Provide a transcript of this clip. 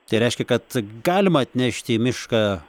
tai reiškia kad galima atnešti į mišką